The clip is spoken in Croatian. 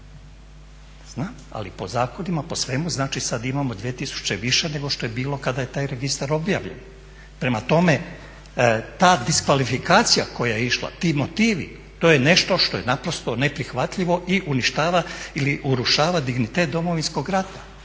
Znam ali po zakonima, po svemu znači sada imamo 2000 više nego što je bilo kada je taj registar objavljen. Prema tome, ta diskvalifikacija koja je išla, ti motivi, to je nešto što je naprosto neprihvatljivo i uništava ili urušava dignitet Domovinskog rata.